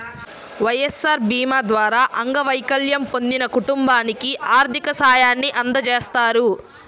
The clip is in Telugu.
వైఎస్ఆర్ భీమా ద్వారా అంగవైకల్యం పొందిన కుటుంబానికి ఆర్థిక సాయాన్ని అందజేస్తారు